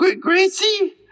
Gracie